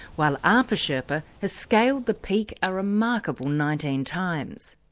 while apa sherpa has scaled the peak a remarkable nineteen times.